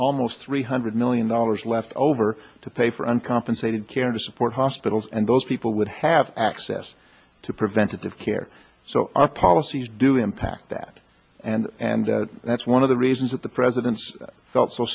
almost three hundred million dollars left over to pay for uncompensated care to support hospitals and those people would have access to preventative care so our policies do impact that and that's one of the reasons that the president's got so